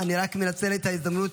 אני רק מנצל את ההזדמנות,